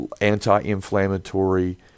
anti-inflammatory